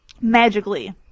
magically